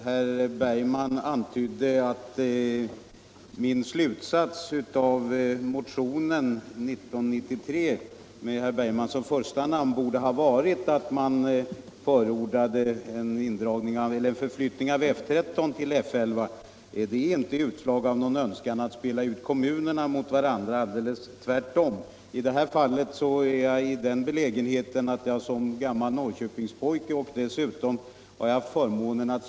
Herr talman! Mitt uttalande att slutsatsen i motionen 1993 av herr Bergman i Nyköping m.fl. borde ha varit att man förordat en förflyttning av F 13 till F 11 var inte utslag av någon önskan att ställa kommunerna mot varandra — alldeles tvärtom. Jag är gammal Norrköpingspojke och har dessutom haft förmånen att tjänstgöra på F 13 under en period — låt vara att det var på 1940-talet. Detta gör att jag har en speciell personlig förståelse både för Norrköpings problem och för F 13:s problem.